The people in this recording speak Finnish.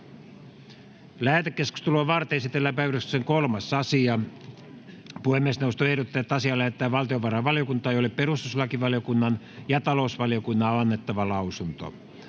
Lähetekeskustelua varten esitellään päiväjärjestyksen 3. asia. Puhemiesneuvosto ehdottaa, että asia lähetetään valtiovarainvaliokuntaan, jolle perustuslakivaliokunnan ja talousvaliokunnan on annettava lausunto.